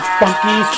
funky